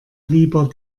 lieber